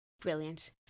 Brilliant